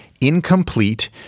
incomplete